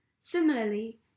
Similarly